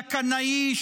הקנאי,